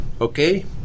okay